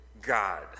God